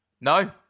No